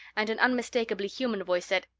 and an unmistakably human voice said,